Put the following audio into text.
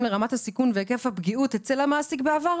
לרמת הסיכון והיקף הפגיעות אצל המעסיק בעבר,